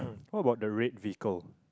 what about the red vehicle